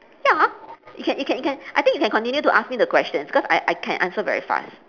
ya you can you can you can I think you can continue to ask me the question because I I can answer very fast